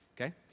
Okay